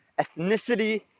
ethnicity